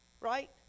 Right